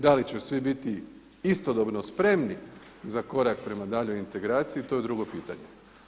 Da li će svi biti istodobno spremni za korak prema daljoj integraciji to je drugo pitanje.